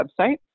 website